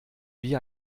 wie